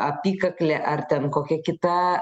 apykaklė ar ten kokia kita